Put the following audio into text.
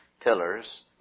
pillars